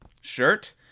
shirt